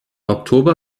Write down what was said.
oktober